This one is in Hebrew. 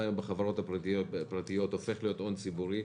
היום בחברות הפרטיות הופך להיות הון ציבורי.